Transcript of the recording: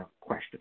question